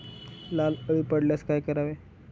लाल अळी पडल्यास काय करावे?